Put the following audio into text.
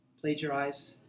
plagiarize